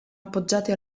appoggiati